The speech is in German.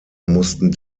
mussten